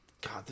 god